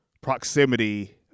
proximity